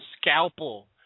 scalpel